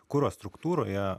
kuro struktūroje